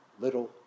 little